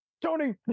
tony